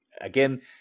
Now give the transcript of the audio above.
again